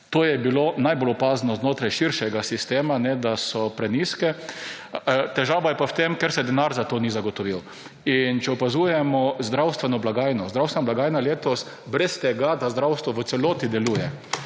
to je bilo najbolj opazno znotraj širšega sistema, da so prenizke, težava je pa v tem, ker se denar za to ni zagotovil in če opazujemo zdravstveno blagajno, zdravstvenega blagajna letos brez tega, da zdravstvo v celoti deluje,